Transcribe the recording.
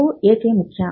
ಇದು ಏಕೆ ಮುಖ್ಯ